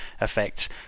effect